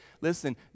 listen